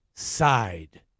side